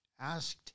asked